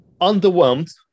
underwhelmed